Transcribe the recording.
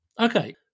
Okay